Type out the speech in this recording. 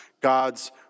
God's